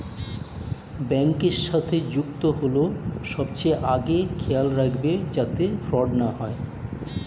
ব্যাংকের সাথে যুক্ত হল সবচেয়ে আগে খেয়াল রাখবে যাতে ফ্রড না হয়